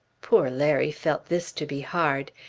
poor larry felt this to be hard.